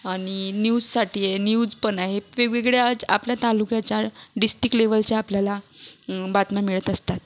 आणि न्यूजसाठी ये न्यूजपण आहे वेगवेगळ्या आपल्या तालुक्याच्या डिस्टीक्ट लेव्हलच्या आपल्याला बातम्या मिळत असतात